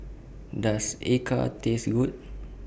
Does Acar Taste Good